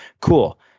Cool